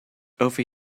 over